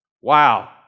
Wow